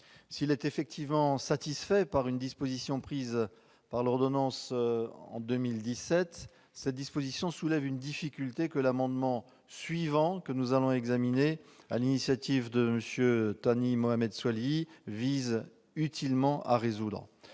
S'il est effectivement satisfait par une disposition prise par ordonnance en 2017, cette disposition soulève une difficulté, que l'amendement suivant de M. Thani Mohamed Soilihi vise utilement à résoudre.